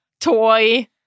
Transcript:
toy